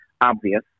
obvious